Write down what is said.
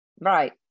Right